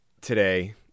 today